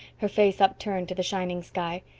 her face upturned to the shining sky.